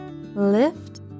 Lift